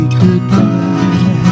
goodbye